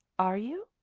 are you?